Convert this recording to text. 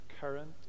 current